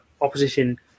opposition